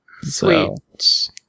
Sweet